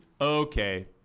Okay